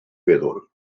feddwl